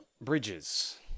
Bridges